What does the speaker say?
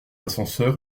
l’ascenseur